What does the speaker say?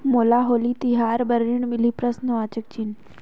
मोला होली तिहार बार ऋण मिलही कौन?